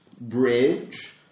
bridge